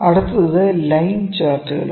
അടുത്തത് ലൈൻ ചാർട്ടുകളാണ്